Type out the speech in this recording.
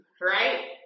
right